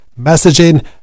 messaging